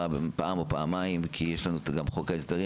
פעם או פעמיים כי יש גם חוק ההסדרים,